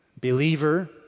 believer